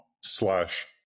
slash